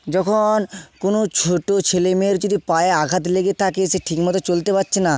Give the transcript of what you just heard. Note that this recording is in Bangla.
যখন কোন ছোটো ছেলে মেয়ের যদি পায়ে আঘাত লেগে থাকে সে ঠিকমতো চলতে পারছে না